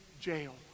jail